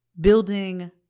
building